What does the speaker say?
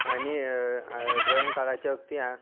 आणि ड्रॉइंग काढायच्या वक्ती